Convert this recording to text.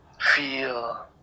feel